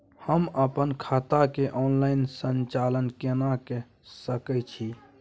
हम अपन खाता के ऑनलाइन संचालन केना के सकै छी?